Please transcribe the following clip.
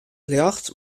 ljocht